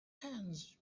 hands